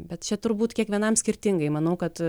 bet čia turbūt kiekvienam skirtingai manau kad